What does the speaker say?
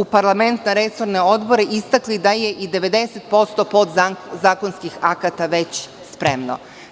u parlament na resorne odbore, istakli da je 90% podzakonskih akata već spremno.